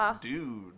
dude